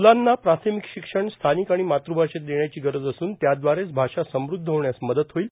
म्रलांना प्राथमिक शिक्षण स्थानिक आणि मातूभाषेत देण्याची गरज असून त्याद्वारेच भाषा समुद्ध होण्यास मदत होईल